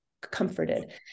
comforted